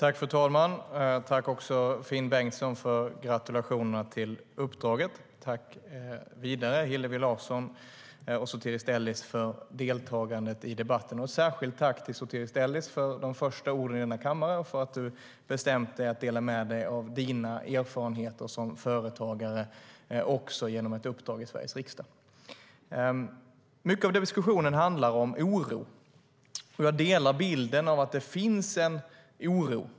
Fru talman! Tack, Finn Bengtsson, för gratulationerna till uppdraget! Tack, Hillevi Larsson och Sotiris Delis, för deltagandet i debatten! Särskilt tack till Sotiris Delis för de första orden i den här kammaren och för att du bestämt dig för att dela med dig av dina erfarenheter som företagare också genom ett uppdrag i Sveriges riksdag! Mycket av diskussionen handlar om oro. Jag delar bilden av att det finns en oro.